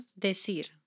decir